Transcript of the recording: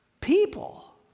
people